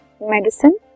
medicine